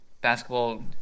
basketball